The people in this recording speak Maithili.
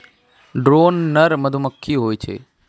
ड्रोन नर मधुमक्खी होय छै